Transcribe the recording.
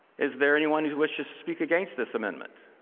is there anyone who wishes to speak against this amendment?